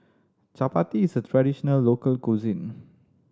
Chapati is a traditional local cuisine